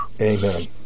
Amen